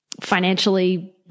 financially